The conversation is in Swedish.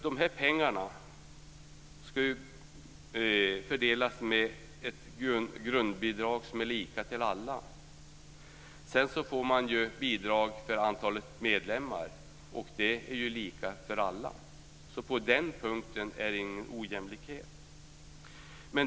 De här pengarna ska ju fördelas med ett grundbidrag som är lika för alla. Sedan får man bidrag för antalet medlemmar, och det är lika för alla. På den punkten är det ingen ojämlikhet.